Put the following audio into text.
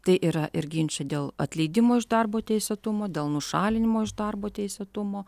tai yra ir ginčai dėl atleidimo iš darbo teisėtumo dėl nušalinimo iš darbo teisėtumo